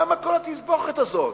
למה כל התסבוכת הזאת?